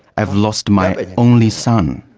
i've lost my only son.